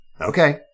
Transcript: Okay